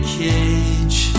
cage